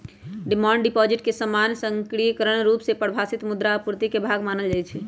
demand deposit के सामान्य संकीर्ण रुप से परिभाषित मुद्रा आपूर्ति के भाग मानल जाइ छै